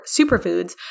Superfoods